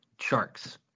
Sharks